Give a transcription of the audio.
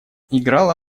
играла